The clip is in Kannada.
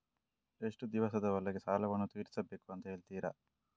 ಎಷ್ಟು ದಿವಸದ ಒಳಗೆ ಸಾಲವನ್ನು ತೀರಿಸ್ಬೇಕು ಅಂತ ಹೇಳ್ತಿರಾ?